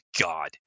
God